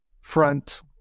front